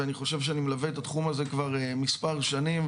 ואני חושב שאני מלווה את התחום הזה כבר מספר שנים,